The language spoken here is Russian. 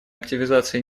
активизации